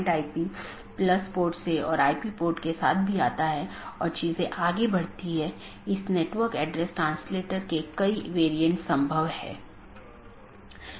इसलिए पथ को गुणों के प्रकार और चीजों के प्रकार या किस डोमेन के माध्यम से रोका जा रहा है के रूप में परिभाषित किया गया है